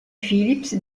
philips